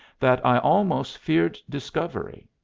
that i almost feared discovery.